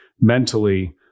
mentally